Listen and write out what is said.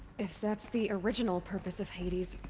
if that's the original purpose of hades.